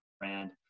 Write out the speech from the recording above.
brand